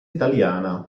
italiana